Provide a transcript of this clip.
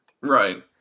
Right